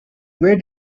where